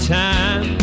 time